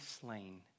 slain